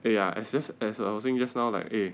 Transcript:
eh ya it's just as I was saying just now like eh